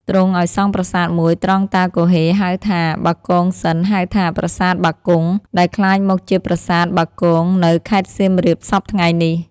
ទ្រង់ឲ្យសង់ប្រាសាទមួយត្រង់តាគហ៊េហៅថា បាគងសិន ហៅថា "ប្រាសាទបាគង់" ដែលក្លាយមកជាប្រាសាទបាគង នៅ ខេត្តសៀមរាបសព្វថៃ្ងនេះ។